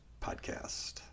podcast